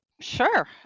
Sure